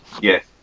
Yes